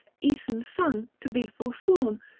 aeson's son to be forsworn,